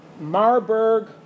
Marburg